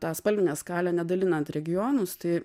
tą spalvinę skalę nedalinant regionus tai